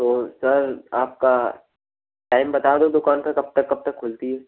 तो सर आपका टाइम बता दो दुकान पर कब तक कब तक खुलती है